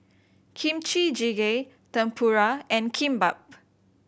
Kimchi Jjigae Tempura and Kimbap